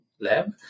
lab